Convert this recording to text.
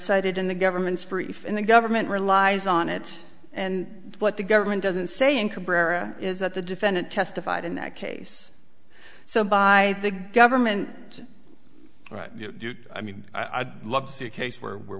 cited in the government's brief and the government relies on it and what the government doesn't say in complera is that the defendant testified in that case so by the government right i mean i'd love to see a case where we re